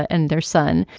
and their son.